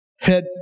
head